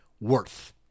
worth